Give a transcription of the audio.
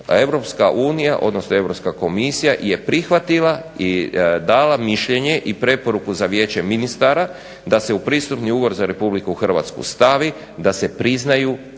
Europska unija odnosno Europska komisija je prihvatila i dala mišljenje i preporuku za Vijeće ministara da se u pristupni ugovor za Republiku Hrvatsku stavi da se priznaju